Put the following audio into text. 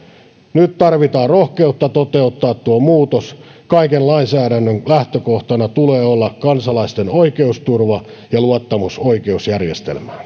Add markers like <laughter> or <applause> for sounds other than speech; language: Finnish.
nyt tarvitaan rohkeutta toteuttaa tuo muutos kaiken lainsäädännön lähtökohtana tulee olla kansalaisten oikeusturva ja luottamus oikeusjärjestelmään <unintelligible>